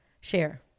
Share